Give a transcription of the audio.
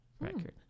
record